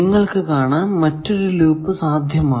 നിങ്ങൾക്കു കാണാം മറ്റൊരു ലൂപ്പ് സാധ്യമാണ്